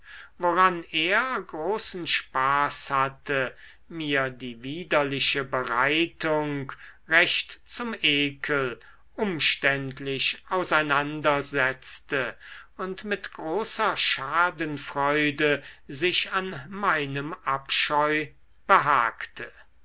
woran er großen spaß hatte mir die widerliche bereitung recht zum ekel umständlich auseinandersetzte und mit großer schadenfreude sich an meinem abscheu behagte